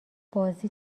بازی